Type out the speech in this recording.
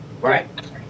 right